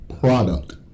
product